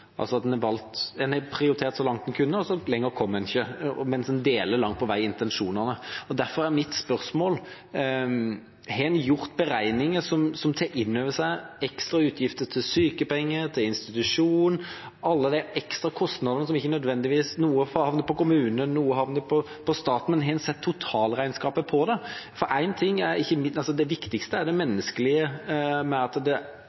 En har prioritert så langt en kunne, og lenger kom en ikke, mens en langt på vei deler intensjonene. Derfor er mitt spørsmål: Har en gjort beregninger som tar inn over seg ekstra utgifter til sykepenger, til institusjon, alle de ekstra kostnadene – noe havner på kommunen, noe havner på staten – men har en sett totalregnskapet for det? Det viktigste er jo det menneskelige, ved at for dem som ønsker å være hjemme, burde det være en mulighet for det. Men har en sett totalregningen for det,